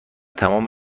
تمام